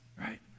right